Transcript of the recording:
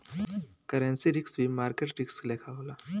currency risk भी market risk लेखा होला